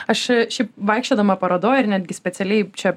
aš šiaip vaikščiodama parodoj ir netgi specialiai čia